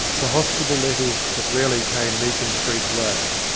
for hospital letters but rarely came meakin street way.